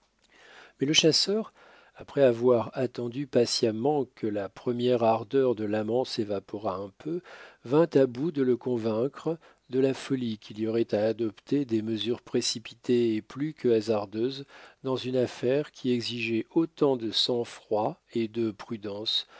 mais le chasseur après avoir attendu patiemment que la première ardeur de l'amant s'évaporât un peu vint à bout de le convaincre de la folie qu'il y aurait à adopter des mesures précipitées et plus que hasardeuses dans une affaire qui exigeait autant de sang-froid et de prudence